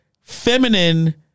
feminine